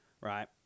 right